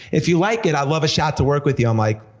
if you like it, i'd love a shot to work with you, i'm like,